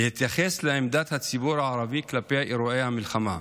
להתייחס לעמדת הציבור הערבי כלפי אירועי המלחמה,